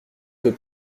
que